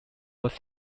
was